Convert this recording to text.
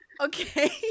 okay